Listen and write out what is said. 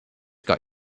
got